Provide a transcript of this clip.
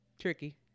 Tricky